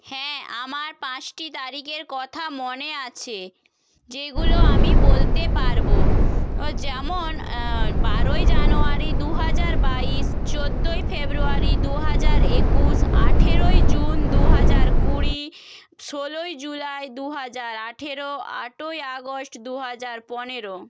হ্যাঁ আমার পাঁচটি তারিখের কথা মনে আছে যেগুলো আমি বলতে পারবো যেমন বারোই জানুয়ারি দু হাজার বাইশ চোদ্দই ফেব্রুয়ারি দু হাজার একুশ আঠেরোই জুন দু হাজার কুড়ি ষোলোই জুলাই দু হাজার আঠেরো আটই আগস্ট দু হাজার পনেরো